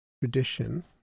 tradition